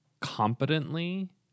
competently